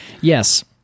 Yes